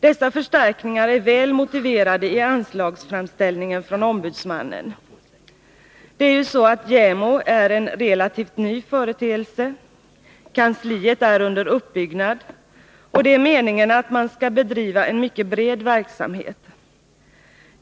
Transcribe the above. Dessa förstärkningar är väl motiverade i anslagsframställningen från ombudsmannen. JämO är ju en relativt ny företeelse, kansliet är under uppbyggnad och det är meningen att man skall bedriva en mycket bred verksamhet.